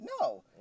No